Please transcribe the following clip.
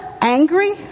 angry